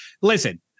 listen